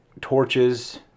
torches